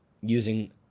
using